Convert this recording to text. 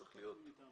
צריך להוסיף.